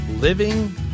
Living